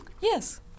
Yes